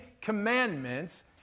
commandments